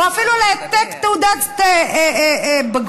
או אפילו העתק תעודת בגרות?